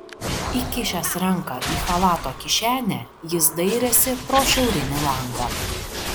įkišęs ranką į chalato kišenę jis dairėsi pro šiaurinį langą